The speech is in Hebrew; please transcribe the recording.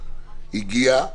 הגיע,